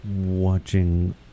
watching